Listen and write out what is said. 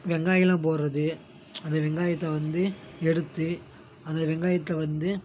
வெங்காயமெல்லாம் போடுறது அந்த வெங்காயத்தை வந்து எடுத்து அந்த வெங்காயத்தை வந்து